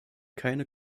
keine